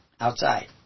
outside